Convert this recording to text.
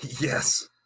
Yes